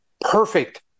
perfect